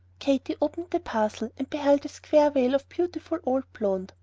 katy opened the parcel, and beheld a square veil of beautiful old blonde.